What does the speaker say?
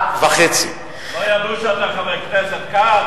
לא ידעו שאתה חבר הכנסת כץ?